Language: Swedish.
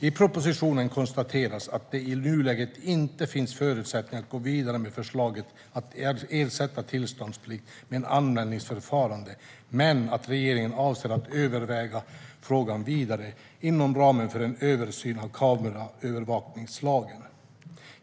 I propositionen konstateras att det i nuläget inte finns förutsättningar att gå vidare med förslaget att ersätta tillståndsplikten med ett anmälningsförfarande men att regeringen avser att överväga frågan vidare inom ramen för en översyn av kameraövervakningslagen.